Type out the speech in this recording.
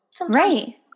right